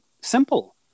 simple